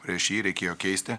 prieš jį reikėjo keisti